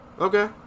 Okay